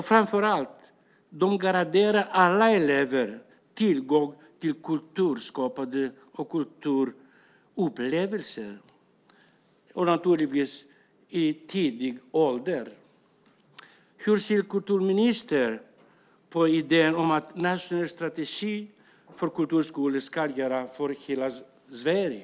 Framför allt garanterar man alla elever tillgång till kulturskapande och kulturupplevelser, och naturligtvis i tidig ålder. Hur ser kulturministern på idén om en nationell strategi för kulturskolor i hela Sverige?